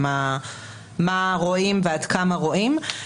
מה רואים ועד כמה רואים.